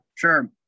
Sure